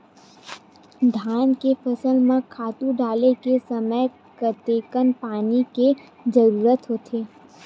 धान के फसल म खातु डाले के समय कतेकन पानी के जरूरत होथे?